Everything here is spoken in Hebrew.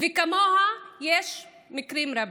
כמוה יש מקרים רבים.